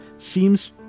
seems